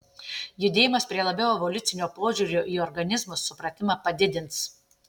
judėjimas prie labiau evoliucinio požiūrio į organizmus supratimą padidins